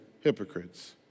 hypocrites